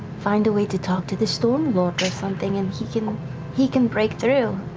find a way to talk to the stormlord or something and he can he can break through?